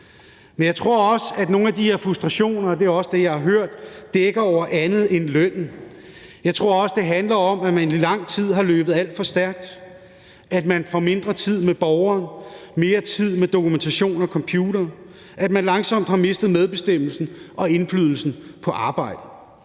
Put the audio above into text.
Men jeg tror også, at nogle af de her frustrationer, og det er også det, jeg har hørt, dækker over andet end lønnen. Jeg tror også, det handler om, at man i lang tid har løbet alt for stærkt, at man får mindre tid med borgere og mere tid med dokumentation og computere, og at man langsomt har mistet medbestemmelsen og indflydelsen på arbejdet.